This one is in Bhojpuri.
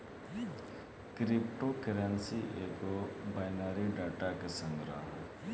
क्रिप्टो करेंसी एगो बाइनरी डाटा के संग्रह ह